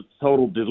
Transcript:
total